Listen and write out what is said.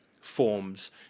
forms